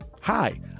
hi